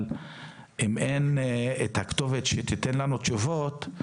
אבל אם אין את הכתובת שתיתן לנו תשובות,